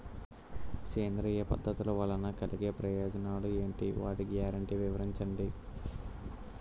సేంద్రీయ పద్ధతుల వలన కలిగే ప్రయోజనాలు ఎంటి? వాటి గ్యారంటీ వివరించండి?